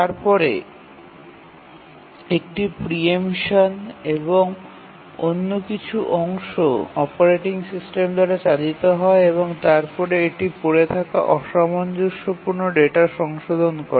তারপরে একটি প্রিএম্পশান এবং অন্য কিছু অংশ অপারেটিং সিস্টেম দ্বারা চালিত হয় এবং তারপরে এটি পড়ে থাকা অসামঞ্জস্যপূর্ণ ডেটা সংশোধন করে